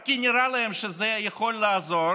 רק כי נראה להם שזה יכול לעזור